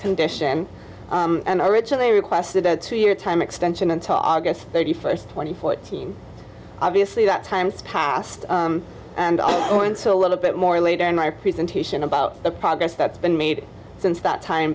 condition and i originally requested that two year time extension until august thirty first twenty fourteen obviously that times passed and i point to a little bit more later in my presentation about the progress that's been made since that time